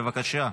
בבקשה.